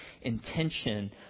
intention